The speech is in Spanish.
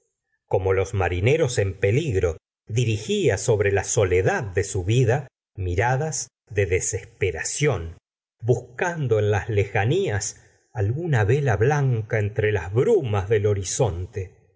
corno los marineros en peligro dirigia sobre la soledad de su vida miradas de desesperación buscando en las lejanías alguna vela blanca entre las brumas del horizonte